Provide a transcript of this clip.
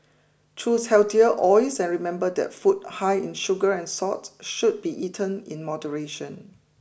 choose healthier oils and remember that food high in sugar and salt should be eaten in moderation